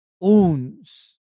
owns